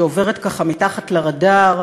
שעוברת ככה מתחת לרדאר,